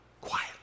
quiet